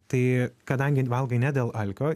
tai kadangi valgai ne dėl alkio